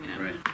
Right